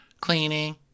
Cleaning